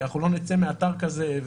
כי אנחנו לא נצא מאתר כזה,